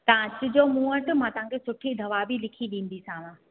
तव्हां अचिजो मूं वटि मां तव्हांखे सूठी दवा बि लिखी ॾींदीसांव